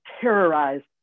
terrorized